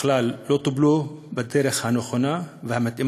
בכלל לא טופלו בדרך הנכונה והמתאימה,